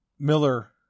Miller